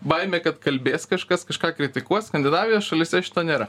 baimė kad kalbės kažkas kažką kritikuos skandinavijos šalyse šito nėra